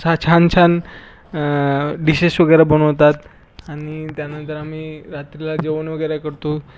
छान छान डिशेश वगैरे बनवतात आनि त्यानंतर आम्ही रात्रीला जेवण वगैरे करतो